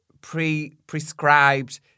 pre-prescribed